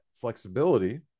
flexibility